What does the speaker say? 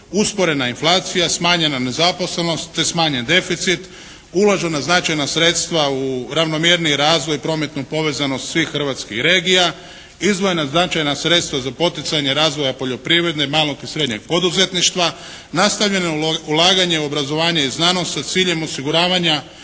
Usporena inflacija, smanjena nezaposlenost te smanjen deficit, uložena značajna sredstva u ravnomjerniji razvoj i prometnu povezanost svih hrvatskih regija, izdvojena značajna sredstva za poticanje razvoja poljoprivrede, malog i srednjeg poduzetništva, nastavljeno je ulaganje u ulaganje u obrazovanje i znanost sa ciljem osiguravanja